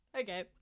Okay